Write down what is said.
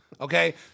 Okay